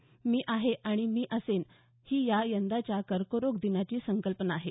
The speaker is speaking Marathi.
मी आहे आणि मी असेन ही यंदाच्या कर्करोग दिनाची संकल्पना आहे